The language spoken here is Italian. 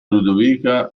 ludovica